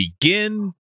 begin